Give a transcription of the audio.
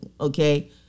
Okay